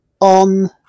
on